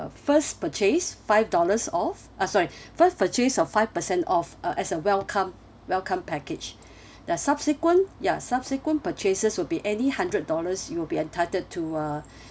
first purchase five dollars off uh sorry first purchase of five percent off uh as a welcome welcome package the subsequent ya subsequent purchases will be any hundred dollars you will be entitled to uh